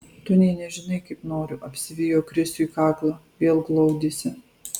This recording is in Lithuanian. tu nė nežinai kaip noriu apsivijo krisiui kaklą vėl glaudėsi